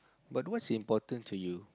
but what's important to you